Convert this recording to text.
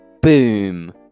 boom